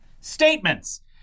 statements